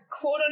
quote